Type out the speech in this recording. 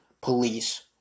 police